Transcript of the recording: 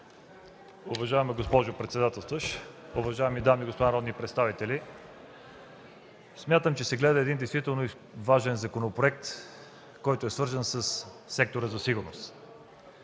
Уважаема госпожо председателстващ, уважаеми дами и господа народни представители! Смятам, че се гледа действително важен законопроект, свързан със сектора за сигурност.